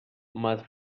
más